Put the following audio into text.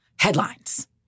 headlines